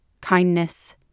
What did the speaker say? kindness